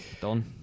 done